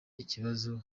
ikibazo